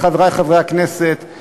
חברי חברי הכנסת,